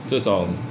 这种